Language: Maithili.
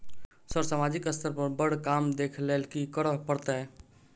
सर सामाजिक स्तर पर बर काम देख लैलकी करऽ परतै?